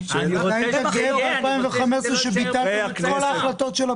אני רוצה לומר מילה על נושא המחלות התעסוקתיות.